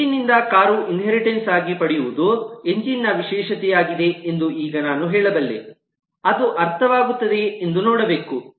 engine ನಿಂದ ಕಾರು inheritance ಆಗಿ ಪಡೆಯುವುದು ಎಂಜಿನ್ನ ವಿಶೇಷತೆಯಾಗಿದೆ ಎಂದು ಈಗ ನಾನು ಹೇಳಬಲ್ಲೆ ಅದು ಅರ್ಥವಾಗುತ್ತದೆಯೇ ಎಂದು ನೋಡಬೇಕು